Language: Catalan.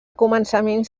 començaments